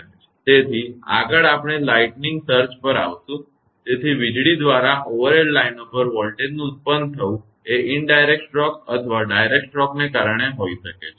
તેથી આગળ આપણે લાઇટનીંગ સર્જ પર આવીશું તેથી વીજળી દ્વારા ઓવરહેડ લાઇનો પર વોલ્ટેજનું ઉત્પન્ન થવું એ પરોક્ષ સ્ટ્રોક અથવા સીધા સ્ટ્રોકને કારણે હોઈ શકે છે